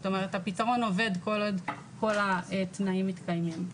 זאת אומרת הפתרון עובד כל עוד כל התנאים מתקיימים.